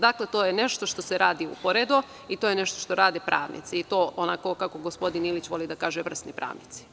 Dakle, to je nešto što se radi uporedo i to je nešto što rade pravnici i to, onako kako gospodin Ilić voli da kaže, vrsni pravnici.